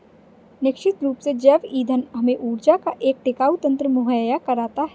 निश्चित रूप से जैव ईंधन हमें ऊर्जा का एक टिकाऊ तंत्र मुहैया कराता है